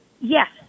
Yes